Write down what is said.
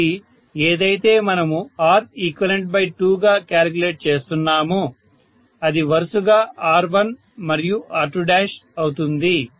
కాబట్టి ఏదైతే మనము Req2 గా క్యాలిక్యులేట్ చేస్తున్నామో అది వరుసగా R1 మరియు R2అవుతుంది